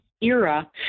era